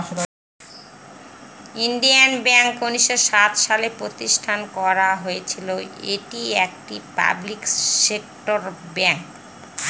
Indian bank উনিশশো সাত সালে প্রতিষ্ঠান করা হয়েছিল এটি একটি পাবলিক সেক্টর ব্যাঙ্ক